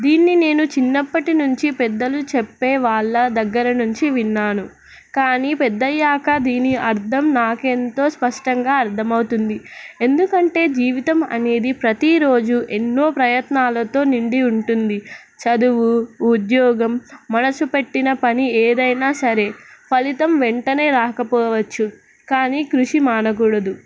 దీన్ని నేను చిన్నప్పటి నుంచి పెద్దలు చెప్పే వాళ్ళ దగ్గర నుంచి విన్నాను కానీ పెద్దయ్యాక దీని అర్థం నాకు ఎంతో స్పష్టంగా అర్థమవుతుంది ఎందుకంటే జీవితం అనేది ప్రతిరోజు ఎన్నో ప్రయత్నాలతో నిండి ఉంటుంది చదువు ఉద్యోగం మనసుపెట్టిన పని ఏదైనా సరే ఫలితం వెంటనే రాకపోవచ్చు కానీ కృషి మానకూడదు